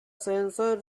sensor